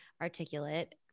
articulate